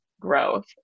growth